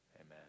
amen